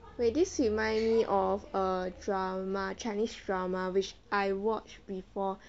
wait this reminds me of a drama chinese drama which I watch before